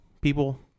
people